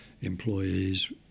Employees